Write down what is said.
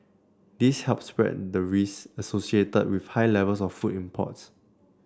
this helps spread the risk associated with high levels of food imports